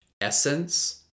essence